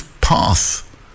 path